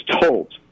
told